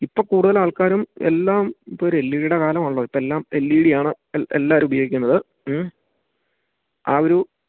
ഇപ്പോള് കൂടുതലാൾക്കാരും എല്ലാം ഇപ്പോഴൊരു എൽ ഇ ഡീടെ കാലമാണല്ലോ ഇപ്പെല്ലാം എൽ ഇ ഡി ആണ് എല്ലാവരും ഉപയോഗിക്കുന്നത് മ്മ് ആ ഒരു